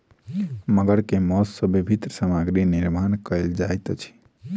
मगर के मौस सॅ विभिन्न सामग्री निर्माण कयल जाइत अछि